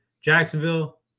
Jacksonville